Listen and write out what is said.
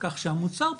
כך שהמוצר,